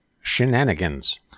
shenanigans